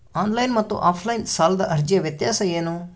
Online ಮತ್ತು offline ಸಾಲದ ಅರ್ಜಿಯ ವ್ಯತ್ಯಾಸ ಏನು?